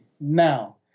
now